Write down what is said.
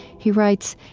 he writes,